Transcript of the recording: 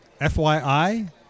FYI